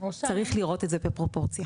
צריך לראות את זה בפרופורציה.